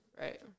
Right